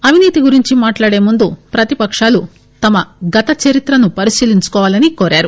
అవినీతి గురించి మాట్లాడే ముందు ప్రతిపకాలు తమ గత చరిత్రను పరిశీలించుకోవాలని కోరారు